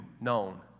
known